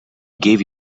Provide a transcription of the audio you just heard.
gave